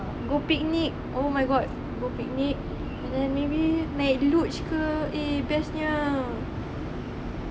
go picnic oh my god go picnic and then maybe naik luge ke eh best nya